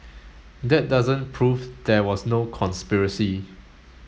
that doesn't prove there was no conspiracy